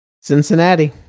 Cincinnati